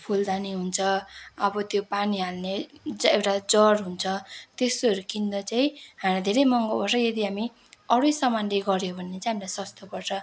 फुलदानी हुन्छ अब त्यो पानी हाल्ने ज एउटा जार हुन्छ त्यस्तोहरू किन्दा चाहिँ हामीलाई धेरै महँगो पर्छ यदि हामी अरू नै सामानले गऱ्यौँ भने चाहिँ हामीलाई सस्तो पर्छ